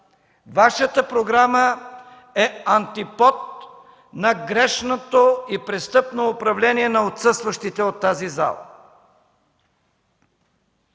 Вашата програма. Тя е антипод на грешното и престъпно управление на отсъстващите от тази зала.